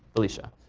felicia?